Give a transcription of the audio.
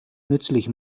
nützlich